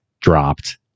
dropped